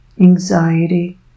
anxiety